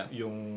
yung